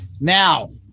Now